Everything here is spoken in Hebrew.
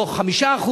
לא 5%,